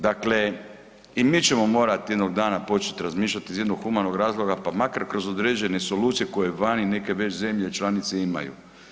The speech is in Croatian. Dakle, i mi ćemo morati jednog dana početi razmišljati iz jednog humanog razloga pa makar kroz određene solucije koje vani neke već zemlje članice imaju.